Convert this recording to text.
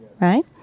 right